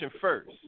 first